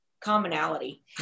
commonality